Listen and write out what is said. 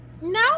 No